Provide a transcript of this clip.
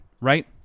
right